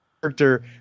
character